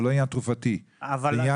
זהו לא עניין תרופתי; זהו עניין רווחתי.